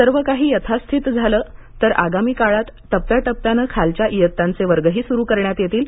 सर्व काही यथास्थित झालं तर आगामी काळात टप्प्या टप्प्याने खालच्या इयत्तांचे वर्गही सुरु करण्यात येतील